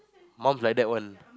mums like that one